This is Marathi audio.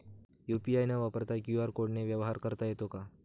यू.पी.आय न वापरता क्यू.आर कोडने व्यवहार करता येतो का?